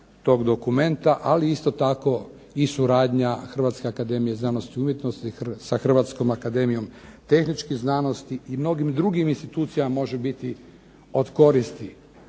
ali isto tako i suradnja Hrvatske akademije znanosti i umjetnosti sa Hrvatskom akademijom tehničkih znanosti i mnogim drugim institucijama može biti od koristi.